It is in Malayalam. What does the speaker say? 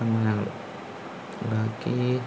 സമ്മാനങ്ങള് ബാക്കി